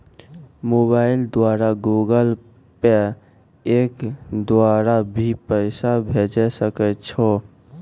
Mobile द्वारा Google Pay के द्वारा भी पैसा भेजै सकै छौ?